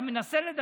בגללנו היא מדברת,